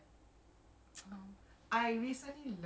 ah a'ah kan I tak faham